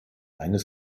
eines